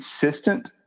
consistent